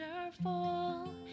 wonderful